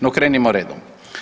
No krenimo redom.